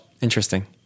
interesting